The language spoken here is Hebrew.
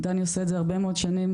דני עושה את זה הרבה מאוד שנים,